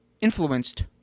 influenced